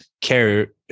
care